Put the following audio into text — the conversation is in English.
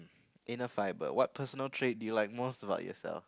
in a fiber what personal trait do you like most about yourself